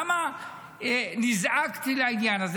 למה נזעקתי לעניין הזה?